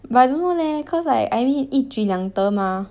but I don't know leh cause like I mean 一举两得 mah